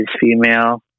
female